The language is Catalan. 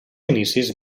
inicis